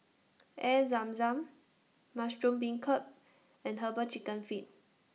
Air Zam Zam Mushroom Beancurd and Herbal Chicken Feet